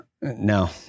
No